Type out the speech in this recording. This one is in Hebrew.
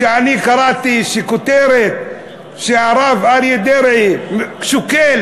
כשאני קראתי כותרת שהרב אריה דרעי שוקל